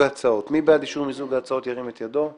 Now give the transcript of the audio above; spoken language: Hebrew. מי בעד אישור ההצעות ירים את ידו?